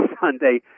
Sunday